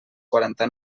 quaranta